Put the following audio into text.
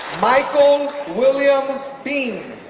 michael william bean